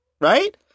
Right